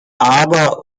aber